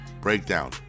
breakdown